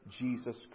Jesus